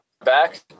Back